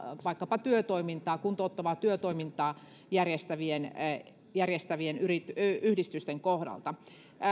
vaikkapa erilaista kuntouttavaa työtoimintaa järjestävien järjestävien yhdistysten kohdalla